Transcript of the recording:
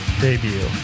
debut